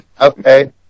Okay